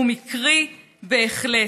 הוא מקרי בהחלט.